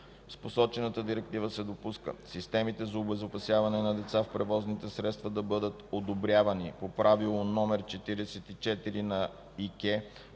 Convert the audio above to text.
С посочената директива се допуска системите за обезопасяване на деца в превозните средства да бъдат одобрявани по Правило № 44 на ИКЕ